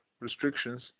restrictions